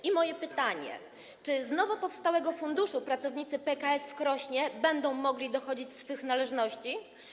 I moje pytanie: Czy z nowo powstałego funduszu pracownicy PKS w Krośnie będą mogli dochodzić swych należności?